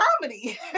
comedy